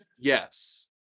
Yes